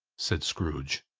said scrooge.